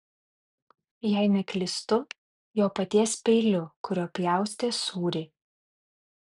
jei neklystu jo paties peiliu kuriuo pjaustė sūrį